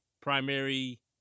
primary